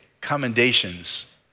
commendations